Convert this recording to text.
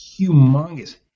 humongous